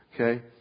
Okay